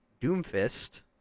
Doomfist